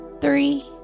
three